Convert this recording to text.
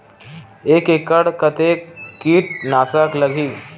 एक एकड़ कतेक किट नाशक लगही?